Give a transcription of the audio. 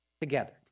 together